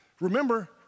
Remember